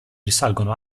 risalgono